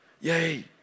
Yay